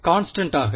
கான்ஸ்டண்டாக